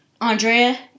Andrea